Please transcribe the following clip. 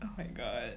oh my god